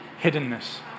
hiddenness